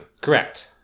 Correct